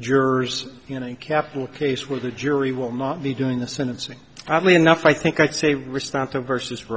jurors in a capital case where the jury will not be doing the sentencing oddly enough i think i'd say respond to versus f